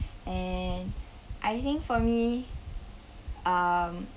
and I think for me um